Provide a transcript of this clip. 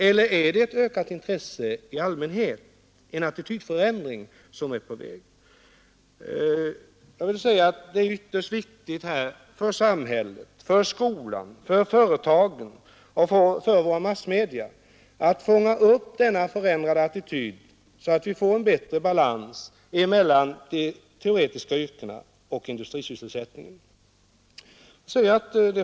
Eller är det uttryck för ett ökat intresse i allmänhet — en attitydförändring? Det är ytterst viktigt för samhället, för skolan, för företagen och för våra massmedia att fånga upp denna förändrade attityd, så att vi får en bättre balans mellan de teoretiska yrkena och industrisysselsättningen.